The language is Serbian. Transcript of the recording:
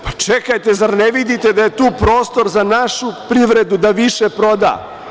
Pa, čekajte, zar ne vidite da je tu prostor za našu privredu da više proda?